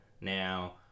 Now